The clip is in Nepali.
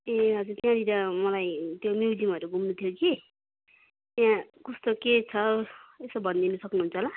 ए हजुर त्यहाँनिर मलाई त्यो म्युजियमहरू घम्नु थियो कि त्यहाँ कस्तो के छ यसो भनिदिनु सक्नुहुन्छ होला